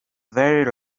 very